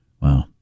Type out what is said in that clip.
Wow